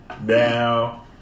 Now